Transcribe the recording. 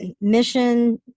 mission